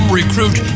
recruit